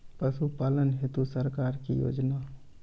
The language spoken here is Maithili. पशुपालन हेतु सरकार की योजना?